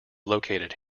located